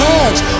edge